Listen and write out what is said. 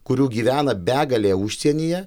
kurių gyvena begalė užsienyje